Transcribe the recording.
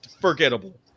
forgettable